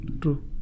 True